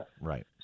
Right